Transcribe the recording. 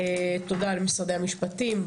תודה למשרדי המשפטים,